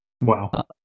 Wow